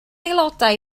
aelodau